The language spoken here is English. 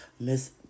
Miss